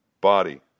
body